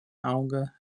auga